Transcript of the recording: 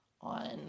on